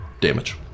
damage